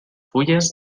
fulles